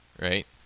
right